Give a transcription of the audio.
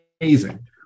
amazing